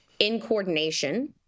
incoordination